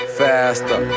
faster